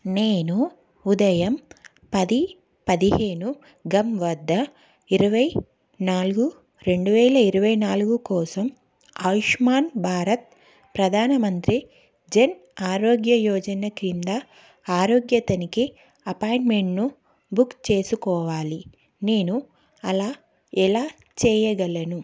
నేను ఉదయం పది పదిహేను గం వద్ద ఇరవై నాలుగు రెండు వేల ఇరవై నాలుగు కోసం ఆయుష్మాన్ భారత్ ప్రధానమంత్రి జన్ ఆరోగ్య యోజన కింద ఆరోగ్య తనిఖీ అపాయింట్మెంట్ను బుక్ చేసుకోవాలి నేను అలా ఎలా చేయగలను